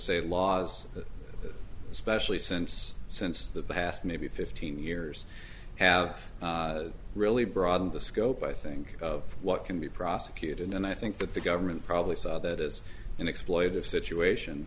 say laws especially since since the past maybe fifteen years have really broadened the scope i think of what can be prosecuted and i think that the government probably saw that as an exploitive situation